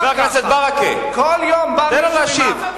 חבר הכנסת ברכה, תן לו להשיב.